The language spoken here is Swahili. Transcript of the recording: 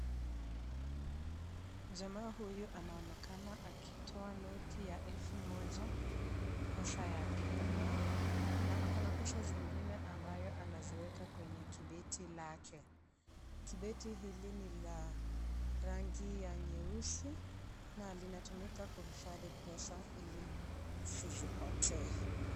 Jamaa huyu anaonekana akitoa noti ya 1000,pesa ya Kenya na akona pesa zingine ambayo anaziweka kwenye kibeti lake. Kibeti hili ni la rangi ya nyeusi, na lina tumika kuhifadhi pesa ili zisipotee.